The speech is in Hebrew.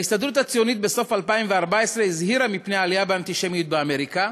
ההסתדרות הציונית הזהירה בסוף 2014 מפני העלייה באנטישמיות באמריקה: